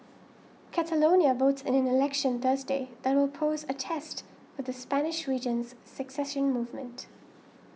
Catalonia votes in an election Thursday that will pose a test for the Spanish region's secession movement